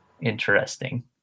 interesting